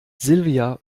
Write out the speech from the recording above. silvia